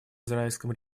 израильском